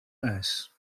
ijs